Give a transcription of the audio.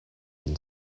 been